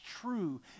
true